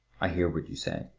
i hear what you say.